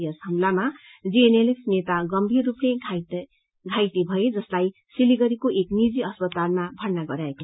यस हमलामा जीएनएलएफ नेता गम्भीर स्रपले घाइते भए जसलाई सिलगढ़ीको एक नीजि अस्पतालमा भर्त्ती गराएको